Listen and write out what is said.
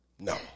No